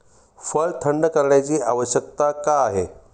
फळ थंड करण्याची आवश्यकता का आहे?